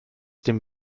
dem